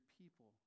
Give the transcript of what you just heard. people